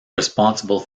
responsible